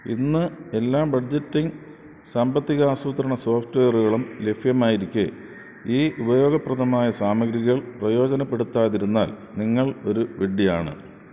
ഇന്ന് എല്ലാ ബഡ്ജറ്റിംഗ് സാമ്പത്തിക ആസൂത്രണ സോഫ്റ്റ്വെയറുകളും ലഭ്യമായിരിക്കെ ഈ ഉപയോഗപ്രദമായ സാമഗ്രികള് പ്രയോജനപ്പെടുത്താതിരുന്നാൽ നിങ്ങൾ ഒരു വിഡ്ഢിയാണ്